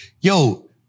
Yo